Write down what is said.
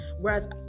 Whereas